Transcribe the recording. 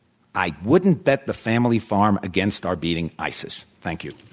i wouldn't bet the family farm against our beating isis. thank you.